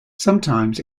sometimes